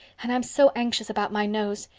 and i'm so anxious about my nose.